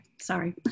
sorry